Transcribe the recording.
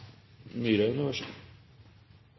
det er så